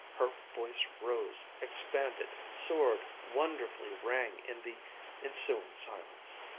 her voice rose, expanded, soared, wonderfully rang in the ensuing silence.